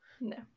No